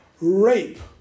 rape